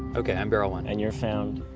ok, i'm barrel one and you're found,